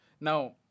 Now